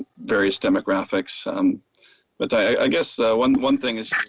various demographics um but i guess so and one thing